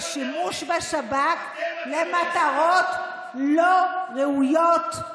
זה שימוש בשב"כ למטרות לא ראויות,